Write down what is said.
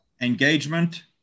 engagement